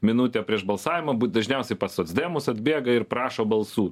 minutę prieš balsavimą būt dažniausiai pas socdemus atbėga ir prašo balsų